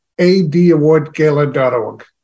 ADAwardGala.org